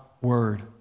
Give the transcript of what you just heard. Word